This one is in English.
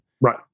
right